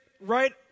right